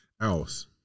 else